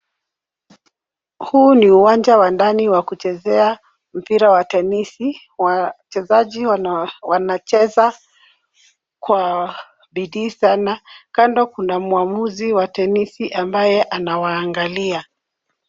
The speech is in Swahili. Huu ni uwanja wa ndani wa kuchezea mpira wa tenisi, wachezaji wanacheza kwa bidii sana, kando kuna mwamuzi wa tenisi ambaye anawaangalia.